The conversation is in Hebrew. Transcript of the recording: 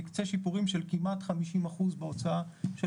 מקצה שיפורים של כמעט 50% בהוצאה של